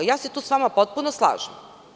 Tu se sa vama potpuno slažem.